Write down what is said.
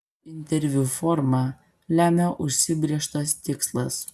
interviu formą lemia užsibrėžtas tikslas